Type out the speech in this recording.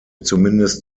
zumindest